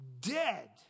dead